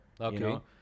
Okay